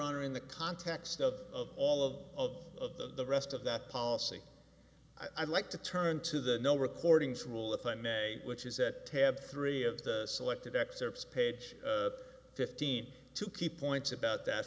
honor in the context of all of the rest of that policy i'd like to turn to the no recordings rule if i may which is that tab three of the selected excerpts page fifteen two key points about that